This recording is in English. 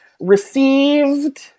received